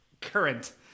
current